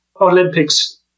Olympics